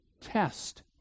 test